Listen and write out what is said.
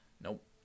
nope